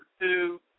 two